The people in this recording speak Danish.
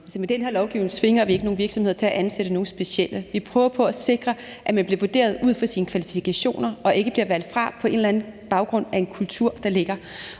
Med den her lovgivning tvinger vi ikke nogen virksomheder til at ansætte nogen specielle. Vi prøver på at sikre, at man bliver vurderet ud fra sine kvalifikationer og ikke bliver valgt fra på baggrund af en eller anden kultur, der ligger.